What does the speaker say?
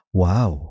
wow